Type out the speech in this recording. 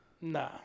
Nah